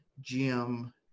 Jim